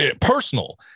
personal